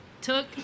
took